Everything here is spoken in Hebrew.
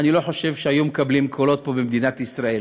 אני לא חושב שהיו מקבלים קולות פה במדינת ישראל.